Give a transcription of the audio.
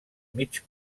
mig